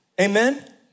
Amen